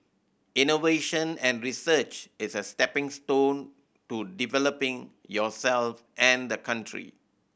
innovation and research is a stepping stone to developing yourself and the country